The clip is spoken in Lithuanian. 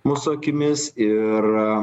mūsų akimis ir